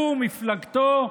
הוא ומפלגתו,